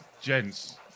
gents